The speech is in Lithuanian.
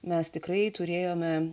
mes tikrai turėjome